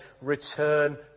return